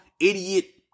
idiot